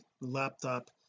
laptop